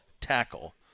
tackle